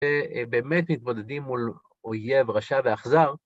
שבאמת מתבודדים מול אויב רשע ואכזר.